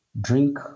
drink